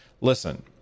Listen